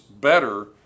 better